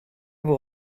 vous